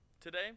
Today